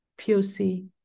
POC